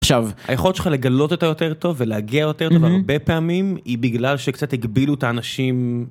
עכשיו היכולת שלך לגלות את היותר טוב ולהגיע יותר טוב הרבה פעמים היא בגלל שקצת הגבילו את האנשים.